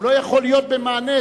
הוא לא יכול להיות במענה.